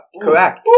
correct